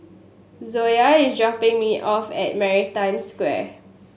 Zoa is dropping me off at Maritime Square